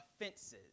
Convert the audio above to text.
offenses